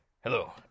Hello